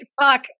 fuck